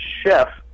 chef